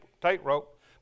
tightrope